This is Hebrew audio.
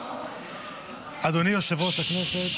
אדוני יושב-ראש הישיבה,